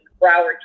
Broward